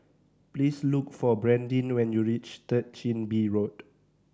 please look for Brandyn when you reach Third Chin Bee Road